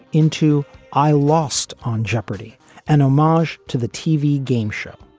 into i lost on jeopardy and omarjan to the tv game show.